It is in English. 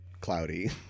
cloudy